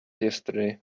yesterday